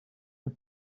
les